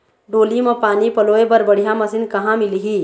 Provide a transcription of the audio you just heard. डोली म पानी पलोए बर बढ़िया मशीन कहां मिलही?